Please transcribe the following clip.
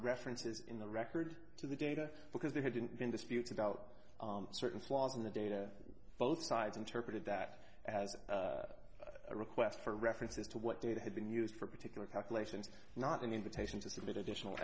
references in the record to the data because they hadn't been disputed out certain flaws in the data both sides interpreted that as a request for references to what did have been used for particular calculations not an invitation to submit additional